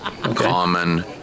Common